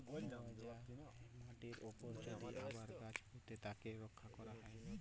ক্ষয় যায়া মাটির উপরে যদি আবার গাছ পুঁতে তাকে রক্ষা ক্যরা হ্যয়